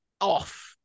off